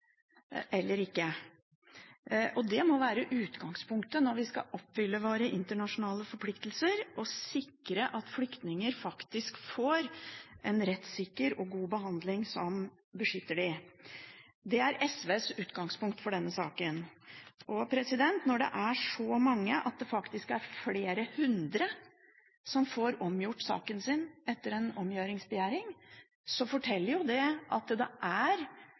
eller ikke. Det må være utgangspunktet når vi skal oppfylle våre internasjonale forpliktelser – å sikre at flyktninger faktisk får en rettssikker og god behandling som beskytter dem. Det er SVs utgangspunkt i denne saken. Når det er så mange som flere hundre som får omgjort saken sin etter en omgjøringsbegjæring, forteller det at det er